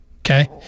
Okay